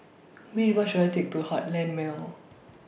Which Bus should I Take to Heartland Mall